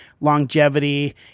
longevity